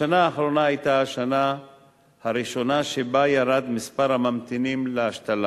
השנה האחרונה היתה השנה הראשונה שבה ירד מספר הממתינים להשתלה.